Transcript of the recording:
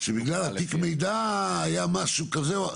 שבגלל תיק המידע היה משהו כזה.